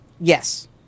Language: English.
Yes